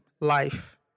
Life